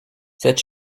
cette